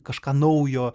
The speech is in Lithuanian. kažką naujo